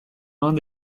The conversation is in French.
mains